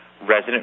Resident